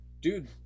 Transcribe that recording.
dude